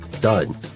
done